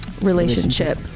Relationship